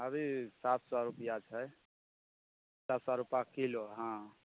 अभी सात सए रुपैआ छै सात सए रूपा किलो हँ